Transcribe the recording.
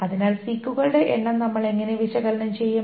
അതിനാൽ സീക്കുകളുടെ എണ്ണം നമ്മൾ എങ്ങനെ വിശകലനം ചെയ്യും